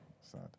Sad